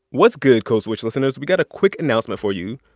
what's good, code switch listeners? we got a quick announcement for you.